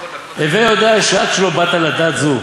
"הווי יודע שעד שלא באת לדת זו,